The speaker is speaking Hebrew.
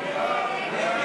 ההסתייגויות לסעיף